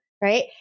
right